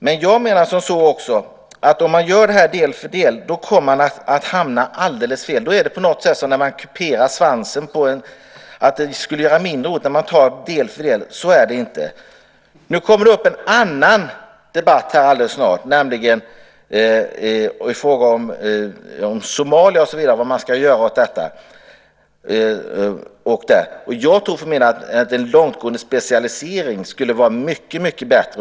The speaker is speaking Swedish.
Men jag menar också att om man gör det här del för del så kommer man att hamna alldeles fel. Då är det på något sätt som när man kuperar svansen på en hund: Det är inte så att det gör mindre ont om man tar del för del. Nu kommer det upp en annan debatt här alldeles snart, nämligen en fråga om Somalia och vad man ska göra där. Jag tror för min del att en långtgående specialisering skulle vara mycket bättre.